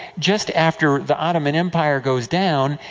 just after the ottoman empire goes down.